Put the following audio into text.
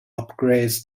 upgrades